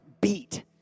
beat